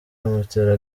amutera